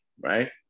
right